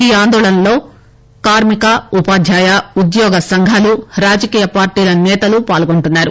ఈ ఆందోళనల్లో కార్మిక ఉపాధ్యాయ ఉద్యోగ సంఘాలు రాజకీయ పార్టీల సేతలు పాల్గొంటున్నారు